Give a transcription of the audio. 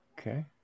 Okay